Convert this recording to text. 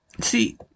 see